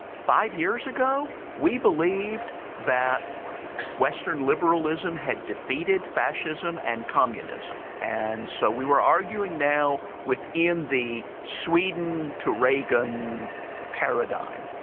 five years ago, we believed that western liberalism had defeated fascism and communism and so we were arguing now within the sweden to reagan paradigm.